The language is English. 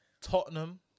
Tottenham